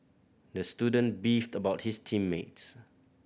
the student beefed about his team mates